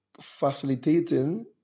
facilitating